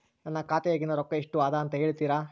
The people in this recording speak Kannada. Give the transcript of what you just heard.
ನನ್ನ ಖಾತೆಯಾಗಿನ ರೊಕ್ಕ ಎಷ್ಟು ಅದಾ ಅಂತಾ ಹೇಳುತ್ತೇರಾ?